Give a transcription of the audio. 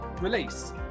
release